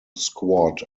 squad